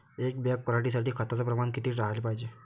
एक बॅग पराटी साठी खताचं प्रमान किती राहाले पायजे?